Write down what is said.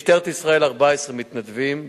משטרת ישראל, 14 מתנדבים במחשוב,